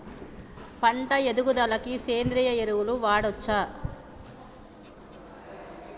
పంట ఎదుగుదలకి సేంద్రీయ ఎరువులు వాడచ్చా?